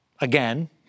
again